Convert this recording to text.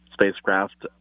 spacecraft